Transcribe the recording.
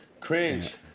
Cringe